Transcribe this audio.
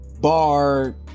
bar